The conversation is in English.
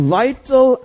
vital